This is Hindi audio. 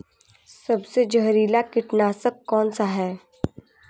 सबसे जहरीला कीटनाशक कौन सा है?